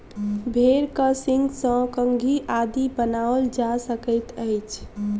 भेंड़क सींगसँ कंघी आदि बनाओल जा सकैत अछि